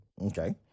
Okay